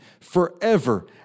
forever